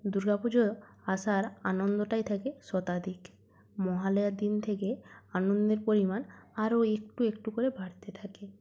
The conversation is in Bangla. দুর্গা পুজো আসার আনন্দটাই থাকে শতাধিক মহালয়ার দিন থেকে আনন্দের পরিমাণ আরও একটু একটু করে বাড়তে থাকে